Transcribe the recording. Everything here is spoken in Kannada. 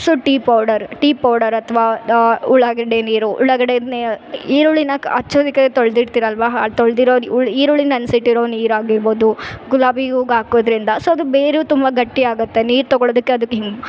so tea powder tea powder ಅಥ್ವ ದಾ ಉಳ್ಳಾಗಡ್ಡಿ ನೀರು ಉಳ್ಳಾಗಡ್ಡೆ ನಿ ಈರುಳ್ಳಿನ ಕ್ ಹಚ್ಚೋದಕ್ಕೆ ತೊಳೆದಿದಿಡ್ತಿರಲ್ವ ತೊಳೆದಿರೊ ಇವ್ಳ ಈರುಳ್ಳಿ ನೆನ್ಸಿ ಇಟ್ಟಿರೊ ನೀರಾಗಿರ್ಬೋದು ಗುಲಾಬಿ ಹೂಗಾಕೋದರಿಂದ ಸೊ ಅದು ಬೇರು ತುಂಬ ಗಟ್ಟಿಯಾಗುತ್ತೆ ನೀರು ತಗೋಳದಕ್ಕೆ ಅದಕ್ಕೆ ಹಿಮ